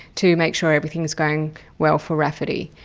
to make sure everything's going well for rafferty.